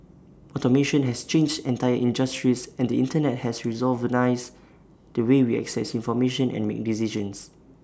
automation has changed entire industries and the Internet has revolutionised the way we access information and make decisions